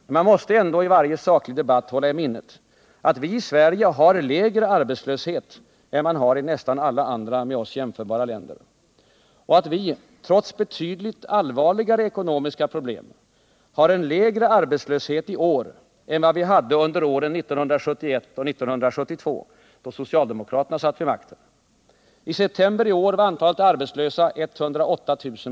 Men man måste ändå i varje saklig debatt hålla i minnet att vi i Sverige har en lägre arbetslöshet än man har i nästan alla jämförbara länder och att vi — trots betydligt allvarligare ekonomiska problem — har en lägre arbetslöshet i år än vi hade under åren 1971 och 1972, då socialdemokraterna satt vid makten. I september i år var antalet arbetslösa 108 000.